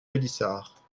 pélissard